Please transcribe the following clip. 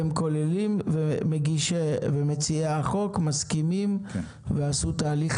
הם כוללים ומציעי החוק מסכימים ועשו תהליך